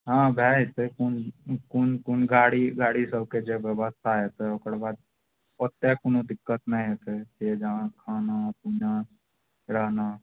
हँ भए जेतय कोन कोन कोन गाड़ी गाड़ी सबके जे व्यवस्था हेतय ओकर बाद ओते कोनो दिक्कत नहि हेतय से जहां खाना पीना रहना